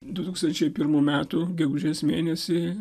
du tūkstančiai pirmų metų gegužės mėnesį